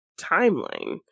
timeline